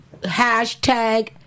hashtag